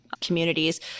communities